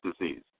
disease